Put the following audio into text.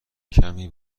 کمی